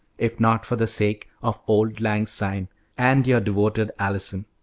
if not for the sake of auld lang syne and your devoted allison.